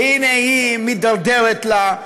והינה היא מידרדרת לה,